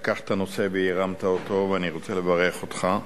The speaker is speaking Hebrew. לקחת את הנושא והרמת אותו, ואני רוצה לברך אותך.